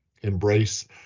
embrace